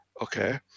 okay